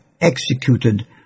executed